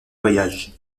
voyage